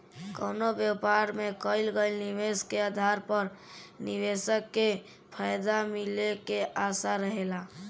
कवनो व्यापार में कईल गईल निवेश के आधार पर निवेशक के फायदा मिले के आशा रहेला